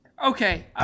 Okay